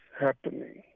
happening